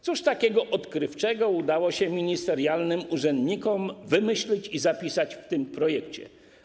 Cóż takiego odkrywczego udało się ministerialnym urzędnikom wymyślić i zapisać w tym projekcie?